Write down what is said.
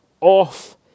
Off